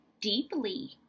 deeply